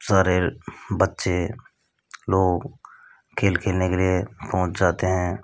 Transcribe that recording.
सारे बच्चे लोग खेल खेलने के लिए पहुँच जाते हैं